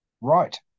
right